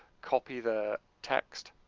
copy the text